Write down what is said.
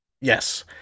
yes